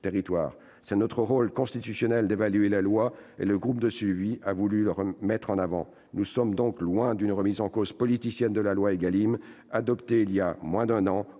territoires. C'est notre rôle constitutionnel d'évaluer la loi, et le groupe de suivi a voulu mettre ce rôle en avant. Nous sommes donc loin d'une remise en cause politicienne de la loi Égalim adoptée il y a moins d'un an.